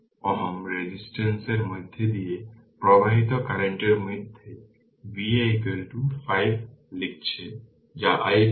যেহেতু থেভেনিন ভোল্টেজের সোর্স এবং রেজিস্ট্যান্স দেয় যখন নর্টনে ট্রান্সফরমেশনিত হয় তখন এটি একটি কারেন্ট সোর্স হবে এবং থেভেনিনের রেজিস্ট্যান্স সমান্তরালে ভোল্টেজ সোর্সের সাথে সিরিজে থাকে